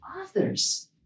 others